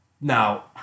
Now